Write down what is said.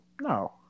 No